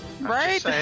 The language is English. Right